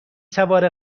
سوار